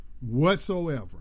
whatsoever